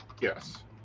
yes